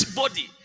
body